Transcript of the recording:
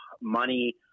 money